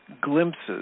glimpses